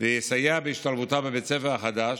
ויסייע בהשתלבותה בבית הספר החדש.